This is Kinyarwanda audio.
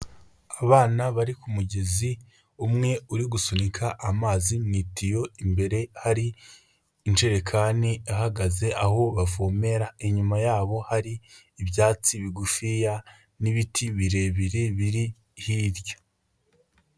Abana bari ku mugezi, umwe uri gusunika amazi mu itiyo imbere hari injerekani, ahagaze aho bavomera, inyuma yabo hari ibyatsi bigufiya n'ibiti birebire biri hirya.